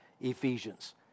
Ephesians